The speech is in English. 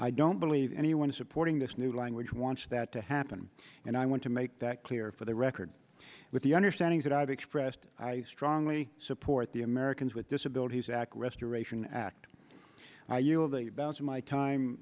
i don't believe anyone supporting this new language wants that to happen and i want to make that clear for the record with the understanding that i've expressed i strongly support the americans with disabilities act restoration act are you of the balance of my time